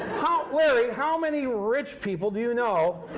how larry, how many rich people do you know,